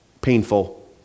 painful